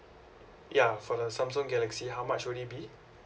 ya for the samsung galaxy how much will it be